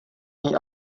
něj